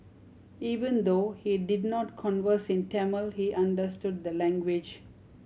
even though he did not converse in Tamil he understood the language